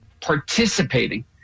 participating